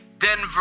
Denver